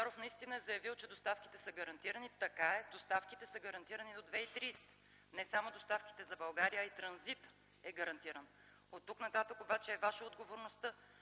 Овчаров наистина е заявил, че доставките са гарантирани. Така е, доставките са гарантирани до 2030 г. Но не само доставките за България, а и транзитът е гарантиран. Оттук нататък обаче е Ваша отговорността